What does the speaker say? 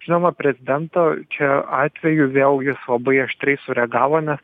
žinoma prezidento čia atveju vėl jis labai aštriai sureagavo nes